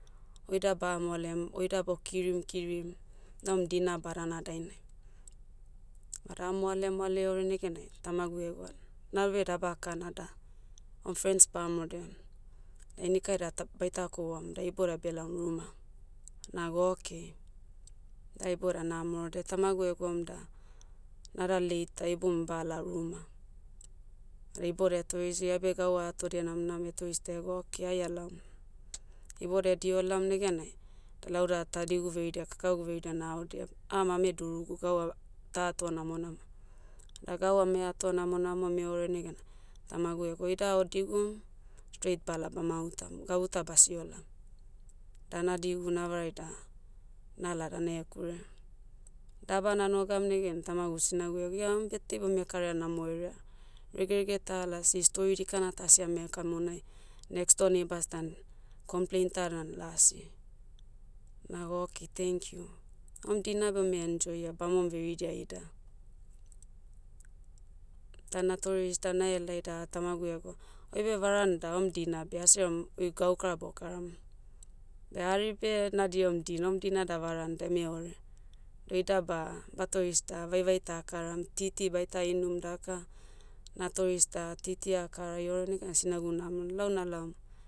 Oida ba moalem oida bokirim kirim. Naoem dina badana dainai. Vada amoale moale eore negenai, tamagu egwa, nabe daba kana da, oem frens baha maorodia, da inikai da ta- baita kouam, da ibodia belaom ruma. Nago okay. Da ibodai namaorodia tamagu egwaum da, nada late da ibomi bala ruma. Ada ibodia etoreisi iabe gau atodia namonam etoreis dego okay ai alaom. Ibodia ediho elaom negenai, da lauda tadigu veridia kakagu veridia nahaodiam, ama ame durugu gau ava- ta atoa namonam. Da gau ame ato namonamo ame ore negena, tamagu ego oi da o digum, straight bala bamautam, gabuta basio laom. Da nadigu navareai da, nala da nahekure. Daba nanogam negen tamagu sinagu ego ia oem birthday beh ome karaia namoherea. Regerege ta lasi stori dikana ta asi ame kamonai. Next door neighbours dan, complain ta dan lasi. Naga okei tenkiu. Oem dina beh ome enjoy ah bamom veridia ida. Da natoreis da nahelai da tamagu egou, oibe varan da oem dina beh asi aram, oi gaukara bokaram. Beh hari beh na diaom din oem dina da varan deme ore. Doida ba, batoreis da vaivai takaram. Titi baitan inum daka, natoreis da titi akara eore negana sinagu nahamaoro lau nalaom.